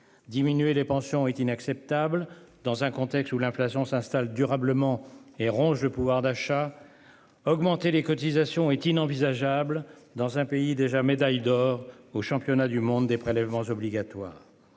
Diminuer les pensions est inacceptable. Dans un contexte où l'inflation s'installe durablement et ronge le pouvoir d'achat. Augmenter les cotisations est inenvisageable dans un pays déjà médaille d'or au championnat du monde des prélèvements obligatoires.